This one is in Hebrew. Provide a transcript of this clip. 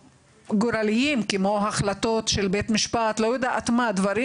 גורליים כמו החלטות של בית משפט ודברים